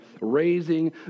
raising